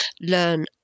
learn